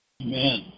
Amen